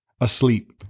asleep